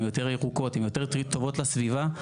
ירוקות וטובות לסביבה,